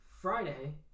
Friday